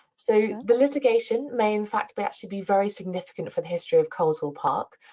so the litigation may in fact but actually be very significant for the history of coleshill park.